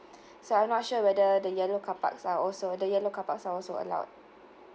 so I'm not sure whether the yellow car parks are also the yellow car parks are also allowed